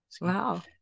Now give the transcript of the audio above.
Wow